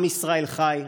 עם ישראל חי.